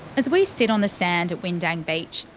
as we sit on the sand at windang beach,